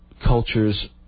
cultures